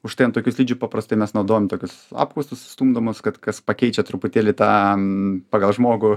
užtai ant tokių slidžių paprastai mes naudojam tokius apkaustus stumdomus kad kas pakeičia truputėlį tą pagal žmogų